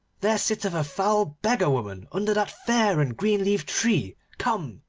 there sitteth a foul beggar-woman under that fair and green-leaved tree. come,